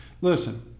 Listen